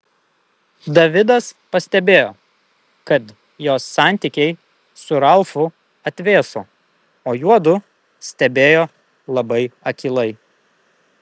davidas pastebėjo kad jos santykiai su ralfu atvėso o juodu stebėjo labai akylai